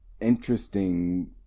interesting